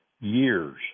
years